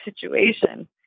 situation